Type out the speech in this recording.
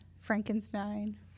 Frankenstein